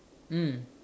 mm